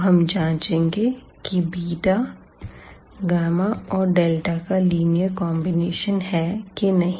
अब हम जांचेंगे कि बीटा गामा और डेल्टा का लीनियर कॉन्बिनेशन है कि नहीं